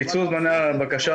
קיצור זמני הבקשה,